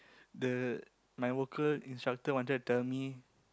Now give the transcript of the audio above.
the my worker instructor wanted to tell me